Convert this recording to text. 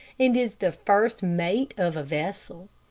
and is the first mate of a vessel.